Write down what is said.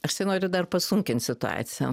aš tai noriu dar pasunkint situaciją